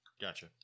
Gotcha